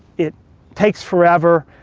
it takes forever.